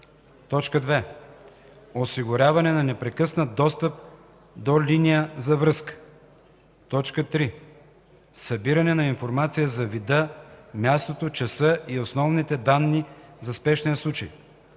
112; 2. осигуряване на непрекъснат достъп до линия за връзка; 3. събиране на информация за вида, мястото, часа и основните данни за спешния случай;